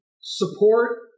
support